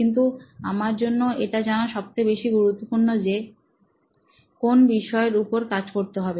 কিন্তু আমার জন্য এটা জানা সবথেকে বেশি গুরুত্বপূর্ণ যে কোন বিষয়ের উপর কাজ করতে হবে